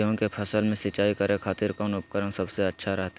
गेहूं के फसल में सिंचाई करे खातिर कौन उपकरण सबसे अच्छा रहतय?